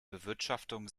bewirtschaftung